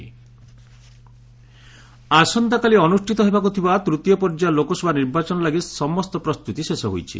polling third phase ଆସନ୍ତାକାଲି ଅନୁଷ୍ଠିତ ହେବାକୁ ଥିବା ତୂତୀୟ ପର୍ଯ୍ୟାୟ ଲୋକସଭା ନିର୍ବାଚନ ଲାଗି ସମସ୍ତ ପ୍ରସ୍ତୁତି ଶେଷ ହୋଇଛି